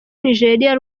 nigeria